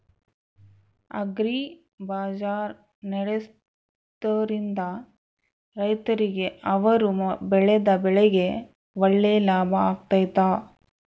Agri Bazaar ನಡೆಸ್ದೊರಿಂದ ರೈತರಿಗೆ ಅವರು ಬೆಳೆದ ಬೆಳೆಗೆ ಒಳ್ಳೆ ಲಾಭ ಆಗ್ತೈತಾ?